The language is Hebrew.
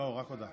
לא, רק הודעה.